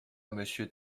monsieur